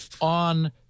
on